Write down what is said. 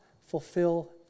fulfill